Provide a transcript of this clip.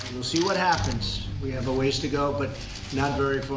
we'll see what happens. we have a ways to go, but not very